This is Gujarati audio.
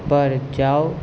પર જાવ